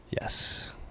yes